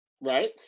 right